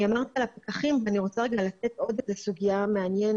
אני אמרתי על הפקחים ואני רוצה לתת עוד איזה סוגיה מעניינת,